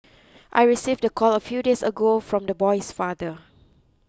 I received the call a few days ago from the boy's father